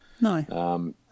No